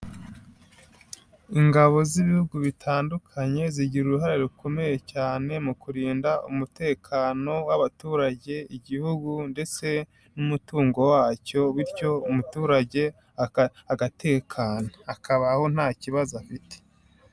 Ingabo z'ibihugu bitandukanye zigira uruhare rukomeye cyane mu kurinda umutekano w'abaturage igihugu ndetse, n'umutungo wacyo bityo umuturage, aka agatekana akabaho nta kibazo afite.